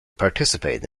participate